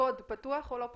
הקוד פתוח או לא פתוח?